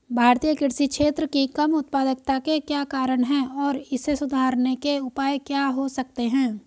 भारतीय कृषि क्षेत्र की कम उत्पादकता के क्या कारण हैं और इसे सुधारने के उपाय क्या हो सकते हैं?